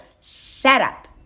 setup